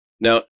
Now